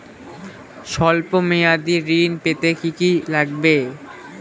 সল্প মেয়াদী ঋণ পেতে কি কি লাগবে?